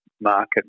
market